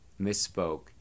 misspoke